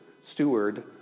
steward